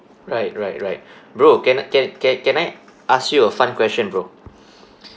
right right right bro can I can can can I ask you a fun question bro